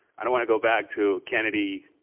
i don't want to go back to kennedy,